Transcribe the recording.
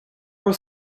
was